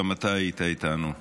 גם אתה היית איתנו,